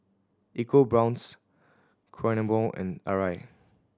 EcoBrown's Kronenbourg and Arai